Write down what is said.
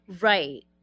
right